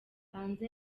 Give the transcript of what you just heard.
hanze